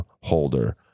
holder